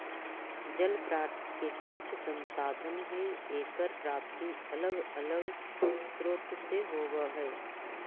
जल प्राकृतिक संसाधन हई एकर प्राप्ति अलग अलग स्रोत से होवऽ हई